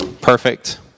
Perfect